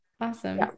awesome